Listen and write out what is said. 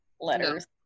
letters